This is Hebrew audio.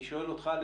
אני שואל אותך,